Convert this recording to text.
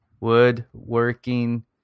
Woodworking